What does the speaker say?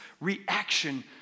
reaction